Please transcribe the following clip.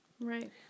Right